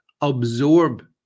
absorb